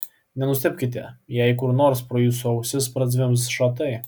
nenustebkite jei kur nors pro jūsų ausis prazvimbs šratai